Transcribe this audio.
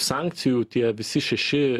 sankcijų tie visi šeši